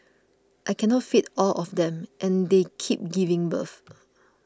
I cannot feed all of them and they keep giving birth